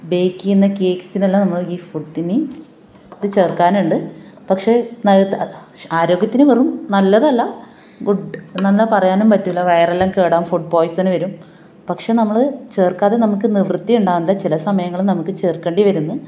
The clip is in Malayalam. ബേക്ക് ചെയ്യുന്ന കേക്ക്സിനെല്ലാം ഈ ഫുഡിന് ഇത് ചേര്ക്കാനുണ്ട് പക്ഷേ ആരോഗ്യത്തിന് വെറും നല്ലതല്ല ഗുഡ് എന്നൊന്നും പറയാനും പറ്റില്ല വയറെല്ലാം കേടാവും ഫുഡ് പോയ്സണ് വരും പക്ഷേ നമ്മൾ ചേർക്കാതെ നമുക്ക് നിവൃത്തിയുണ്ടാവില്ല ചില സമയങ്ങളിൽ നമുക്ക് ചേർക്കേണ്ടി വരുന്നു